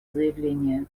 заявление